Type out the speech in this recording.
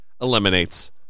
eliminates